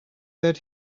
that